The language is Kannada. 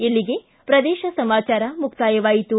ಇಲ್ಲಿಗೆ ಪ್ರದೇಶ ಸಮಾಚಾರ ಮುಕ್ತಾಯವಾಯಿತು